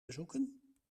bezoeken